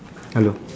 hello